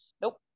nope